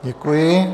Děkuji.